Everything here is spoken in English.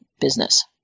business